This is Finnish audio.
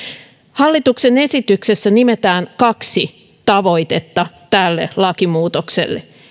hallituksen esityksessä nimetään kaksi tavoitetta tälle lakimuutokselle